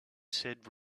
said